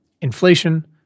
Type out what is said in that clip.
Inflation